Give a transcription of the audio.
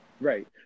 Right